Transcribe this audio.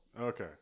Okay